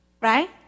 right